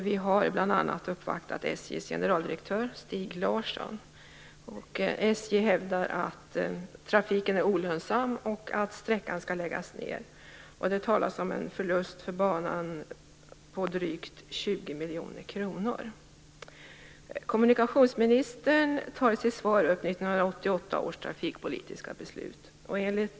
Vi har bl.a. uppvaktat Kommunikationsministern tar i sitt svar upp 1988 års trafikpolitiska beslut.